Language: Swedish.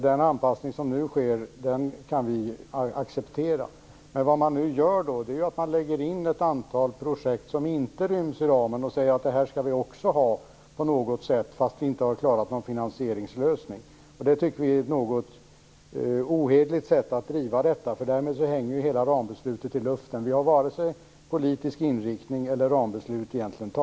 Den anpassning som nu sker kan vi alltså acceptera. Men vad man nu gör är att lägga in ett antal projekt som inte ryms i ramen och säger: Det här skall vi också ha, på något sätt, fast vi inte har klarat någon finansieringslösning. Det tycker vi är ett något ohederligt sätt att driva detta, för därmed hänger hela rambeslutet i luften. Vi har egentligen varken politisk inriktning eller rambeslut fastlagda.